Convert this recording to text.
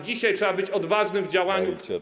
Dzisiaj trzeba być odważnym w działaniu.